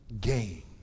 gain